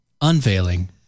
unveiling